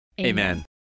Amen